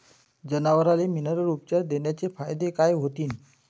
जनावराले मिनरल उपचार देण्याचे फायदे काय होतीन?